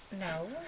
No